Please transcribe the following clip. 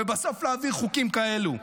ובסוף להעביר חוקים כאלו.